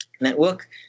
network